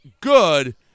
good